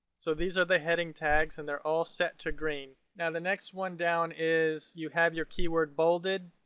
so these are the heading tags and they're all set to green. now the next one down is, you have your keyword bolded.